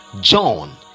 John